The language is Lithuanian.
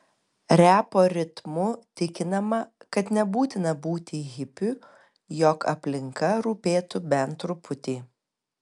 repo ritmu tikinama kad nebūtina būti hipiu jog aplinka rūpėtų bent truputį